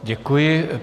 Děkuji.